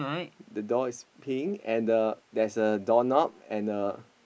the door is pink and the there's a doorknob and a